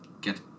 get